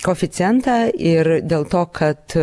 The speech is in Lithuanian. koeficientą ir dėl to kad